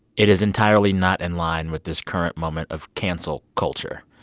it is entirely not in line with this current moment of cancel culture,